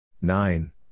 nine